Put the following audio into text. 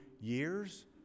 years